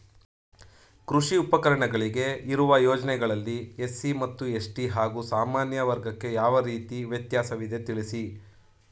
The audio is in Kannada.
ಕೃಷಿ ಉಪಕರಣಗಳಿಗೆ ಇರುವ ಯೋಜನೆಗಳಲ್ಲಿ ಎಸ್.ಸಿ ಮತ್ತು ಎಸ್.ಟಿ ಹಾಗೂ ಸಾಮಾನ್ಯ ವರ್ಗಕ್ಕೆ ಯಾವ ರೀತಿ ವ್ಯತ್ಯಾಸವಿದೆ ತಿಳಿಸಿ?